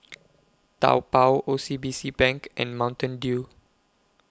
Taobao O C B C Bank and Mountain Dew